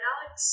Alex